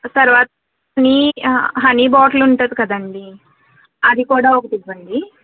తర్వా నీ honey bottle ఉంటుంది కదండీ అది కూడా ఒకటివ్వండి